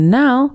now